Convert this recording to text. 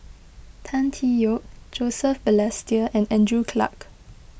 Tan Tee Yoke Joseph Balestier and Andrew Clarke